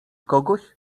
kogoś